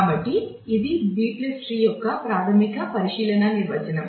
కాబట్టి ఇది B tree యొక్క ప్రాథమిక పరిశీలన నిర్వచనం